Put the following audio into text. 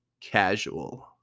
casual